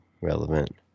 relevant